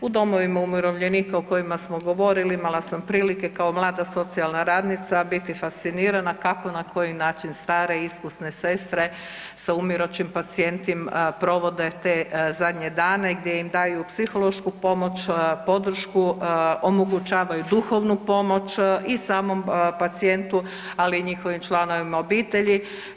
U domovima umirovljenika o kojima smo govorili imala sam prilike kao mlada socijalna radnica biti fascinirana kako, na koji način stare, iskusne sestre sa umirućim pacijentima provode te zadnje dane gdje im daju psihološku pomoć, podršku, omogućavaju duhovnu pomoć i samom pacijentu ali i njihovim članovima obiteljima.